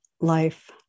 life